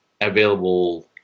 available